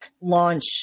launch